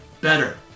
better